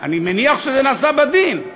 אני מניח שזה נעשה בדין,